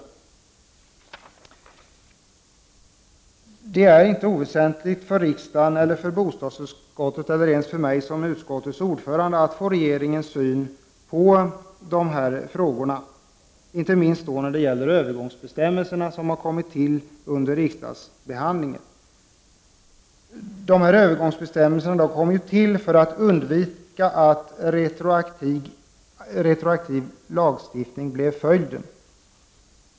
Som sagt var det inte oväsentligt för riksdagen, för bostadsutskottet eller ens för mig som utskottets ordförande att få regeringens syn på de här frågorna — inte minst när det gäller övergångsbestämmelserna som har kommit till under riksdagsbehandlingen. Övergångsbestämmelserna kom ju till för att undvika att retroaktiv lagstiftning blev följden.